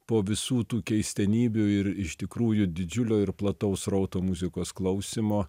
po visų tų keistenybių ir iš tikrųjų didžiulio ir plataus srauto muzikos klausymo